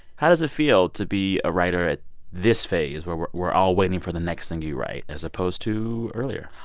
how does it feel to be a writer at this phase, where we're we're all waiting for the next thing you write, as opposed to earlier?